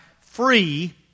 free